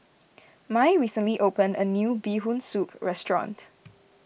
Mai recently opened a new Bee Hoon Soup restaurant